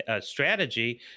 strategy